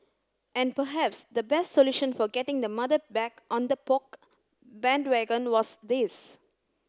and perhaps the best solution for getting the mother back on the Poke bandwagon was this